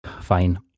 Fine